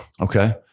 Okay